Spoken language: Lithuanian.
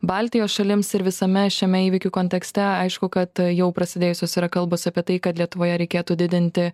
baltijos šalims ir visame šiame įvykių kontekste aišku kad jau prasidėjusios yra kalbos apie tai kad lietuvoje reikėtų didinti